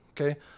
Okay